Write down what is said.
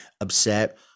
upset